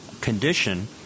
condition